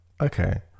okay